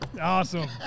Awesome